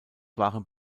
waren